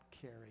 carry